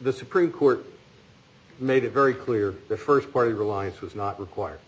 the supreme court made it very clear the st party reliance was not required it